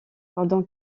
pendant